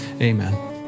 Amen